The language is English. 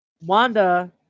Wanda